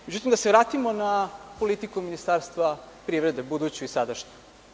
Međutim, da se vratimo na politiku Ministarstva privrede, budućoj i sadašnjoj.